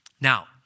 Now